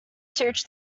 search